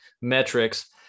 metrics